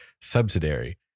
subsidiary